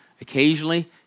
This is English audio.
Occasionally